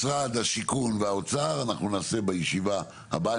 משרד השיכון והאוצר אנחנו נעשה בישיבה הבאה,